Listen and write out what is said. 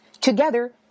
Together